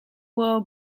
will